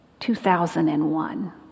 2001